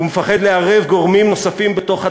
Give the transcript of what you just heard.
הוא פוחד לערב גורמים נוספים בתוך התהליך.